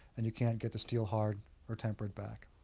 and you can't get the steel hard or temper it back.